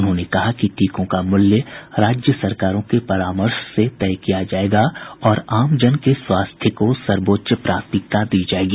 उन्होंने कहा कि टीकों का मूल्य राज्य सरकारों के परामर्श से तय किया जायेगा और आमजन के स्वास्थ्य को सर्वोच्च प्राथमिकता दी जायेगी